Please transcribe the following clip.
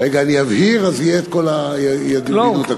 אני אבהיר, אז ידעו את הכול.